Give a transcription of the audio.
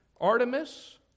Artemis